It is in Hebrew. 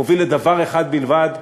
מוביל לדבר אחד בלבד,